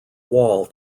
wall